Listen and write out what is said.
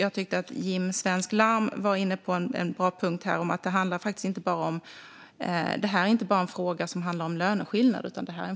Jag tyckte att Jim Svensk Larm var inne på en bra punkt när han sa att frågan faktiskt inte bara handlar om löneskillnader utan också om